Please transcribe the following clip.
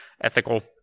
ethical